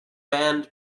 band